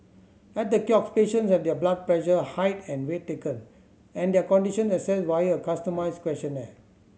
at the kiosk patients have their blood pressure height and weight taken and their condition assessed via a customised questionnaire